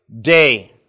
day